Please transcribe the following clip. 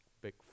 big